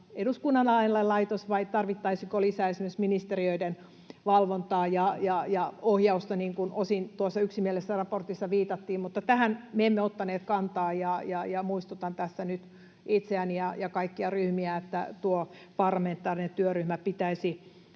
eduskunnan alainen laitos, vai tarvittaisiinko lisää esimerkiksi ministeriöiden valvontaa ja ohjausta, niin kuin osin tuossa yksimielisessä raportissa viitattiin, mutta tähän me emme ottaneet kantaa. Muistutan tässä nyt itseäni ja kaikkia ryhmiä, että tuo parlamentaarinen työryhmä pitäisi